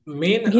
main